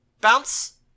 Bounce